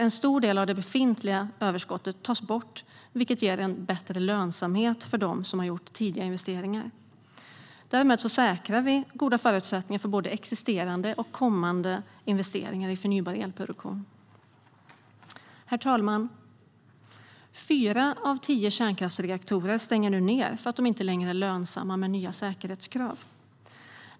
En stor del av det befintliga överskottet tas bort, vilket ger en bättre lönsamhet för dem som gjort tidiga investeringar. Därmed säkrar vi goda förutsättningar för både existerande och kommande investeringar i förnybar elproduktion. Herr talman! Fyra av tio kärnkraftsreaktorer stänger nu ned för att de inte längre är lönsamma med nya säkerhetskrav.